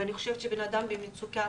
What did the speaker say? ואני חושבת שאדם במצוקה,